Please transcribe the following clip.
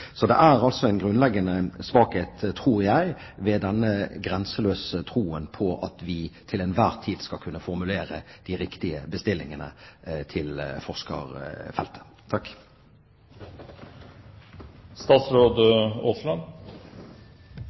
Så det er en grunnleggende svakhet, tror jeg, ved denne grenseløse troen på at vi til enhver tid skal kunne formulere de riktige bestillingene til